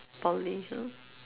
poly ha